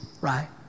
right